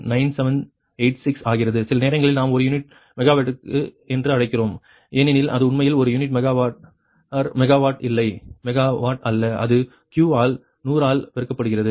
9786 ஆகிறது சில நேரங்களில் நாம் ஒரு யூனிட் மெகாவாட் என்று அழைக்கிறோம் ஏனெனில் அது உண்மையில் ஒரு யூனிட் மெகா வார் மெகாவாட் இல்லை மெகாவாட் அல்ல இது Q ஆல் 100 ஆல் பெருக்கப்படுகிறது